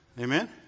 Amen